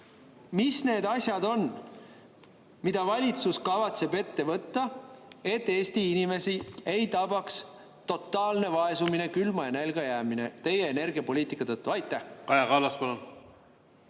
mis need asjad on, mida valitsus kavatseb ette võtta, et Eesti inimesi ei tabaks totaalne vaesumine, külma ja nälga jäämine teie energiapoliitika tõttu. Kaja